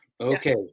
Okay